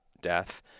death